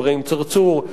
אברהים צרצור,